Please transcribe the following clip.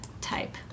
type